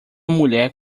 mulher